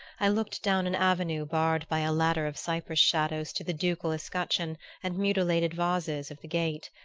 i looked down an avenue barred by a ladder of cypress-shadows to the ducal escutcheon and mutilated vases of the gate.